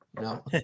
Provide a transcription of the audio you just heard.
no